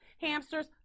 hamsters